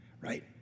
Right